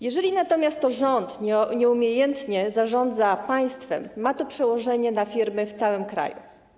Jeżeli natomiast rząd nieumiejętnie zarządza państwem, ma to przełożenie na firmy w całym kraju.